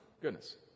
Goodness